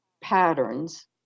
patterns